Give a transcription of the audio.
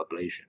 ablation